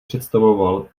představoval